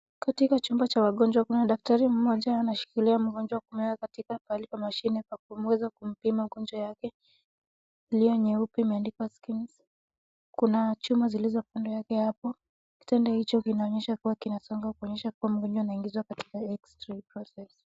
Katika chumba cha wagonjwa kuna daktari mmoja anashikilia mgonjwa kumweka katika pahali pa mashine pa kuweza kumpima majonjwa yake, iliyo nyeupe imeandikwa Siemens . Kuna chuma zilizo kando yake ya hapo, kitanda hicho kinaonyesha kuwa kinasonga, kuonyesha kuwa mgonjwa anaingizwa katika X Ray Process .